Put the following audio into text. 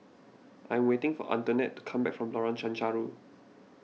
I am waiting for Antoinette to come back from Lorong Chencharu